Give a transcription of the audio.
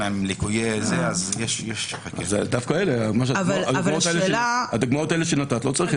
דווקא לדוגמאות שנתת לא צריך היתר.